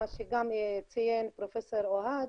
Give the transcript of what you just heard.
מה שגם ציין פרופ' אוהד,